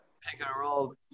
Pick-and-roll